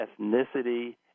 ethnicity